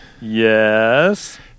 Yes